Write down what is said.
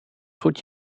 goed